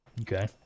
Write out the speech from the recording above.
Okay